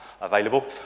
available